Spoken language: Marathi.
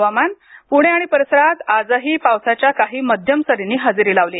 हवामान पुणे आणि परिसरात आजही पावसाच्या काही मध्यम सरींनी हजेरी लावली